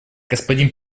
господин